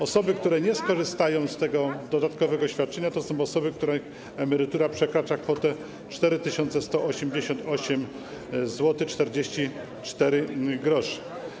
Osoby, które nie skorzystają z tego dodatkowego świadczenia, to są osoby, których emerytura przekracza kwotę 4188,44 zł.